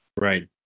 right